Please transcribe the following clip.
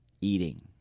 eating